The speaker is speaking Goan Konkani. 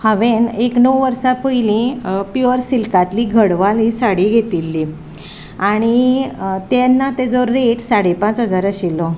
हांवेन एक णव वर्सां पयलीं प्यूअर सिल्कांतली गडवाल साडी घेतिल्ली आनी तेन्ना तेजो रेट साडे पांच हजार आशिल्लो